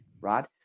right